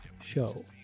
show